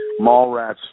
Mallrats